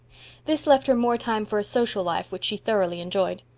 this left her more time for a social life which she thoroughly enjoyed.